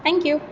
thank you